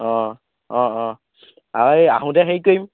অঁ অঁ অঁ এই আহোঁতে হেৰি কৰিম